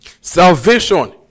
Salvation